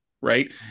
right